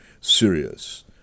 serious